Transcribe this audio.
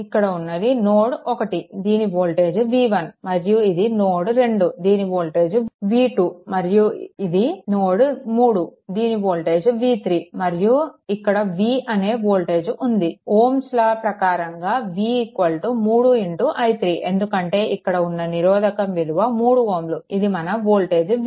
ఇక్కడ ఉన్నది నోడ్1 దీని వోల్టేజ్ v1 మరియు ఇది నోడ్2 దీని వోల్టేజ్ v2 ఇది నోడ్ 3 దీని వోల్టేజ్ v3 మరియు ఇక్కడ v అనే వోల్టేజ్ ఉంది ఓమ్ నియమం ప్రకారంగా v 3 i3 ఎందుకంటే ఇక్కడ ఉన్న నిరోధకం విలువ 3 Ω ఇది మన వోల్టేజ్ v